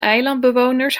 eilandbewoners